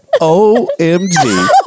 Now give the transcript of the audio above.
OMG